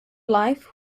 life